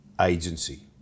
Agency